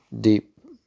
deep